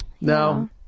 No